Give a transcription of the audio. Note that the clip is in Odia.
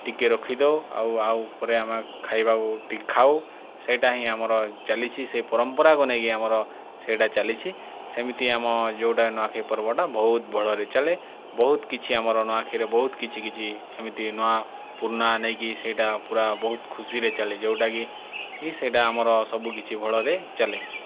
ଟିକେ ରଖିଦେଉ ଆଉ ଆଉ ପରେ ଆମେ ଖାଇବାକୁ ଟିକେ ଖାଉ ସେଇଟା ହିଁ ଆମର ଚାଲିଛି ସେ ପରମ୍ପରାକୁ ନେଇକି ଆମର ସେଇଟା ଚାଲିଛି ସେମିତି ଆମ ଯେଉଁଟା ନୂଆଖାଇ ପର୍ବଟା ବହୁତ ଭଲରେ ଚାଲେ ବହୁତ କିଛି ଆମର ନୂଆଖାଇରେ ବହୁତ କିଛି କିଛି ଏମିତି ନୂଆ ପୁରୁନା ନେଇକି ସେଇଟା ପୁରା ବହୁତ ଖୁସିରେ ଚାଲେ ଯେଉଁଟାକି ସେଇଟା ଆମର ସବୁକିଛି ଭଲରେ ଚାଲେ